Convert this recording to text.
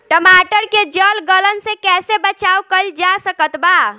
टमाटर के जड़ गलन से कैसे बचाव कइल जा सकत बा?